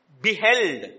beheld